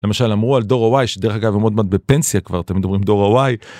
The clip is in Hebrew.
למשל אמרו על דור ה-Y, שדרך אגב עוד מעט בפנסיה כבר אתם מדברים דור ה-Y.